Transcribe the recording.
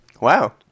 Wow